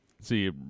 See